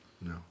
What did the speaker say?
No